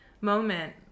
moment